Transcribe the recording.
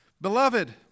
Beloved